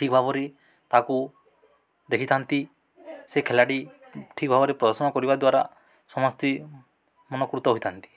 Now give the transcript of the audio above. ଠିକ ଭାବରେ ତାକୁ ଦେଖିଥାନ୍ତି ସେ ଖେଳଟି ଠିକଭାବରେ ପ୍ରଦର୍ଶନ କରିବା ଦ୍ୱାରା ସମସ୍ତେ ମନକୃତ ହୋଇଥାନ୍ତି